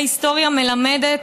ההיסטוריה מלמדת,